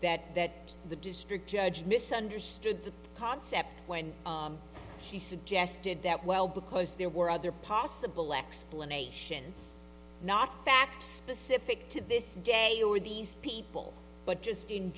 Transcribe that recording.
that that the district judge misunderstood the concept when she suggested that well because there were other possible explanations not facts specific to this day were these people but just in